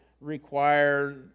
require